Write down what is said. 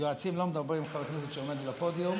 יועצים לא מדברים עם חבר כנסת שעומד על הפודיום.